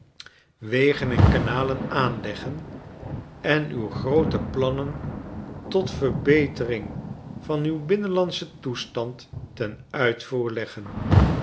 wegen en kanalen aanleggen en uw groote plannen tot verbetering van uw binnenlandschen toestand ten uitvoer leggen